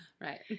right